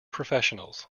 professionals